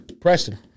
Preston